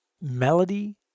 Melody